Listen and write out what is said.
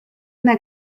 una